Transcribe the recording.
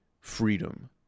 freedom